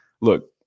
Look